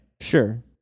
Sure